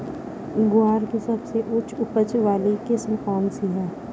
ग्वार की सबसे उच्च उपज वाली किस्म कौनसी है?